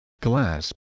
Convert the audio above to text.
glass